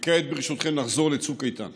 וכעת, ברשותכם, נחזור לצוק איתן.